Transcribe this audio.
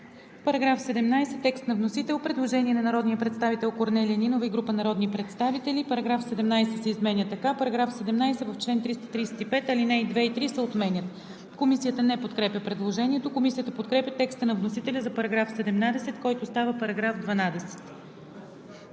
Параграф 18 – текст на вносител. Предложение на народния представител Корнелия Нинова и група народни представители: „§ 18 се изменя така: „§ 18. В чл. 434, ал. 1 т. 7 се отменя.“ Комисията не подкрепя предложението. Комисията подкрепя текста на вносителя за § 18, който става § 13.